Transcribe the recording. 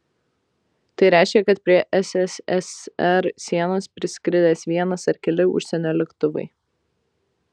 tai reiškė kad prie sssr sienos priskridęs vienas ar keli užsienio lėktuvai